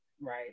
Right